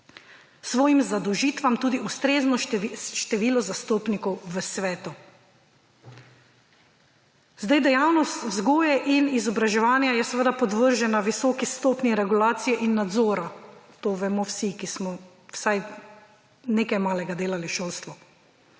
svojim zadolžitvam tudi ustrezno število zastopnikov v svetu. Zdaj dejavnost vzgoje in izobraževanja je seveda podvržena visoki stopnji regulacije in nadzora. To vemo vsi, ki smo vsaj nekaj malega delali v šolstvu.